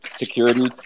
Security